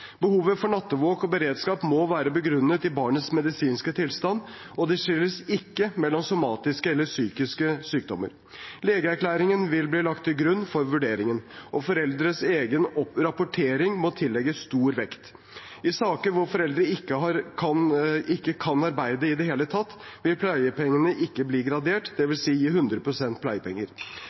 Behovet for nattevåk og beredskap må være begrunnet i barnets medisinske tilstand, og det skilles ikke mellom somatiske eller psykiske sykdommer. Legeerklæringen vil bli lagt til grunn for vurderingen, og foreldrenes egen rapportering må tillegges stor vekt. I saker hvor foreldrene ikke kan arbeide i det hele tatt, vil pleiepengene ikke bli gradert – dvs. gi 100 pst. pleiepenger.